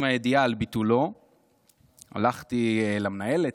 עם הידיעה על ביטולו הלכתי למנהלת,